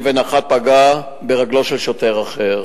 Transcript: אבן אחת פגעה ברגלו של שוטר אחר.